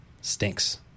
Stinks